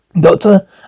Doctor